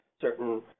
certain